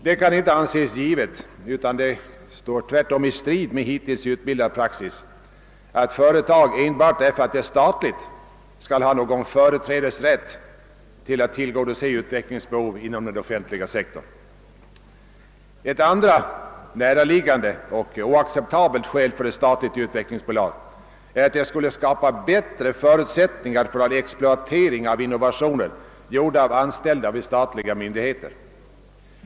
Det kan inte anses givet — det står tvärtom i strid med hittills utbildad praxis — att ett företag enbart därför att det är statligt skall ha någon företrädesrätt till att tillgodose utvecklingsbehov inom den offentliga sektorn. Ett andra näraliggande och oacceptabelt skäl för ett statligt utvecklings bolag är att detta skulle skapa bättre förutsättningar för exploatering av innovationer gjorda av anställda vid statliga myndigheter.